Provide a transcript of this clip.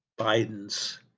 Biden's